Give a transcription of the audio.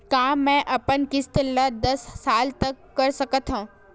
का मैं अपन किस्त ला दस साल तक कर सकत हव?